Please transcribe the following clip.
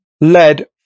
lead